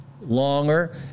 longer